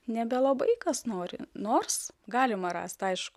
nebelabai kas nori nors galima rast aišku